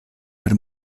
per